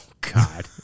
God